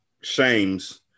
shames